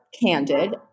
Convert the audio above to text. candid